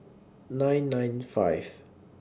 nine nine five